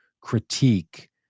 critique